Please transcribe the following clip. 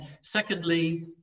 Secondly